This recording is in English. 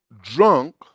drunk